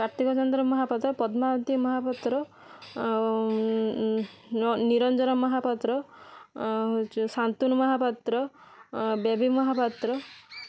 କାର୍ତ୍ତିକ ଚନ୍ଦ୍ର ମହାପାତ୍ର ପଦ୍ମାବତୀ ମହାପାତ୍ର ନିରଞ୍ଜନ ମହାପାତ୍ର ହୋଉଚି ସାନ୍ତନୁ ମହାପାତ୍ର ବେବୀ ମହାପାତ୍ର